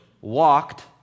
walked